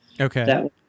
Okay